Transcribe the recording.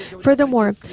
Furthermore